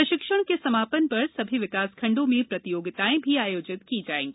प्रशिक्षण के समा न र सभी विकास खण्डों में प्रतियोगितायें भी आयोजित की जायेगी